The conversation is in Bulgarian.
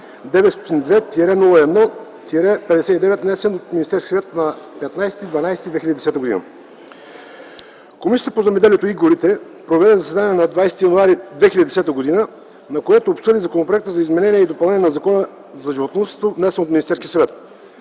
902-01-59, внесен от Министерския съвет на 15 декември 2010 г. Комисията по земеделието и горите проведе заседание на 20 януари 2010 г., на което обсъди Законопроекта за изменение и допълнение на Закона за животновъдството, внесен от Министерския съвет.